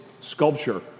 sculpture